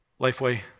Lifeway